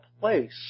place